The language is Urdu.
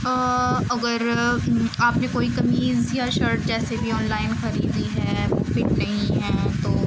اگر آپ نے کوئی قمیض یا شرٹ جیسے بھی آن لائن خریدی ہے وہ فٹ نہیں ہیں تو